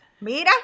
mira